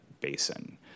basin